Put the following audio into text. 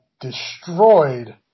destroyed